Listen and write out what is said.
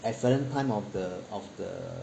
at certain time of the of the